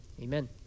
Amen